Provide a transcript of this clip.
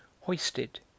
hoisted